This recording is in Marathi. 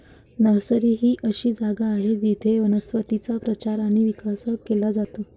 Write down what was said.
नर्सरी ही अशी जागा आहे जिथे वनस्पतींचा प्रचार आणि विकास केला जातो